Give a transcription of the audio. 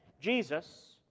Jesus